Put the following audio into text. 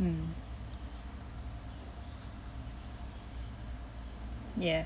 mm yeah